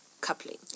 coupling